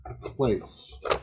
place